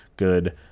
good